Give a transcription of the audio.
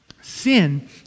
sin